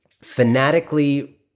fanatically